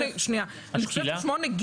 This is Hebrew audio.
יוליה, קריאה ראשונה.